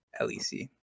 LEC